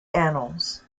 annals